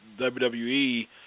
WWE